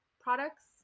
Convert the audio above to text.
products